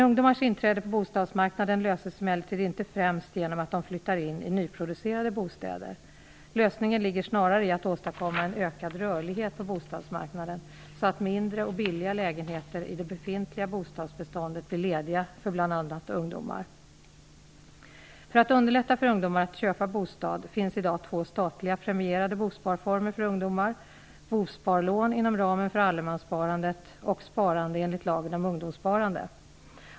Ungdomars inträde på bostadsmarknaden löses emellertid inte främst genom att de flyttar in i nyproducerade bostäder. Lösningen ligger snarare i att åstadkomma en ökad rörlighet på bostadsmarknaden, så att mindre och billiga lägenheter i det befintliga bostadsbeståndet blir lediga för bl.a. ungdomar. För att underlätta för ungdomar att köpa bostad, finns i dag två statliga premierade bosparformer för ungdomar, bosparlån inom ramen för allemanssparandet och sparande enligt lagen om ungdomssparande.